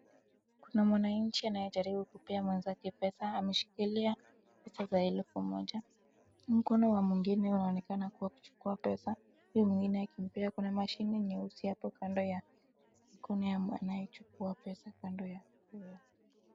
Kuna mwananchi anayejaribu kupea mwenzake pesa .Ameshikilia pesa za elfu moja .Mkono wa mwingine waonekana kuchukua pesa huyu mwingine akimpea .Kuna mashine nyeusi hapo kando ya anaye chukua pesa kando ya .